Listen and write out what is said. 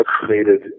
created